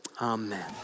amen